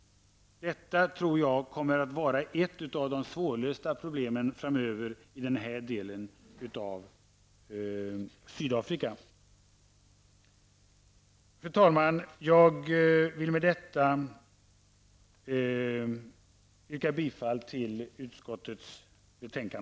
Detta tror jag kommer att vara ett av de svårlösta problemen framöver i den här delen av Sydafrika. Fru talman! Jag vill med detta yrka bifall till utskottets hemställan.